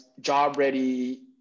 job-ready